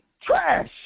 Trash